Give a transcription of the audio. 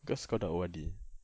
cause kau dah O_R_D